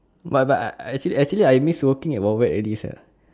but but I I actually actually I miss working at wild wild wet already sia